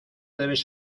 debes